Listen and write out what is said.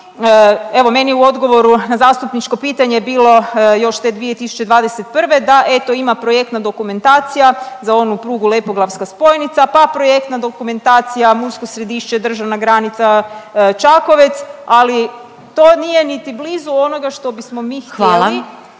Evo meni u odgovoru na zastupničko pitanje je bilo još te 2021. da eto ima projektna dokumentacija za onu prugu lepoglavska spojnica, pa projektna dokumentacija Mursko Središće – državna granica Čakovec. Ali to nije niti blizu onoga što bismo mi htjeli …